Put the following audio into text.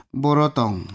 borotong